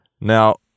Now